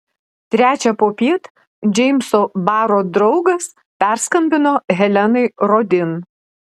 trečią popiet džeimso baro draugas perskambino helenai rodin